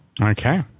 Okay